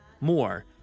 more